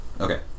Okay